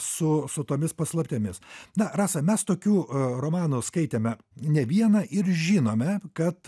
su su tomis paslaptimis na rasa mes tokių romanų skaitėme ne vieną ir žinome kad